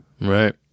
Right